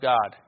God